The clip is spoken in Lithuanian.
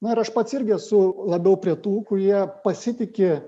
na ir aš pats irgi esu labiau prie tų kurie pasitiki